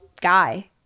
guy